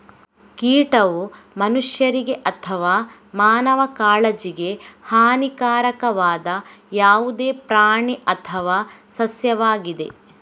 ಕೀಟವು ಮನುಷ್ಯರಿಗೆ ಅಥವಾ ಮಾನವ ಕಾಳಜಿಗೆ ಹಾನಿಕಾರಕವಾದ ಯಾವುದೇ ಪ್ರಾಣಿ ಅಥವಾ ಸಸ್ಯವಾಗಿದೆ